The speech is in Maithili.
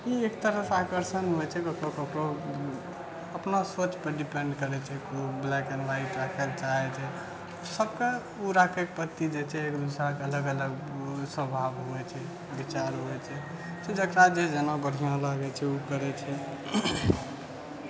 ई एक तरहसँ आकर्षण होइ छै लोकके ककरो अपना सोचपर डिपेंड करै छै ओ ब्लैक एण्ड व्हाइट राखय लेल चाहै छै सभके ओ राखय पड़तै ई जे छै सभके अलग अलग स्वभाव होइ छै विचार होइ छै जकरा जे जेना बढ़िआँ लगै छै ओ करै छै